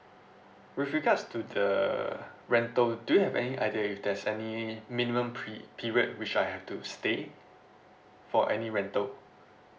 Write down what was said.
with regards to the rental do you have any idea if there's any minimum pe~ period which I have to stay for any rental